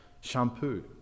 shampoo